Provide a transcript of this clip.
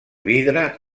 vidre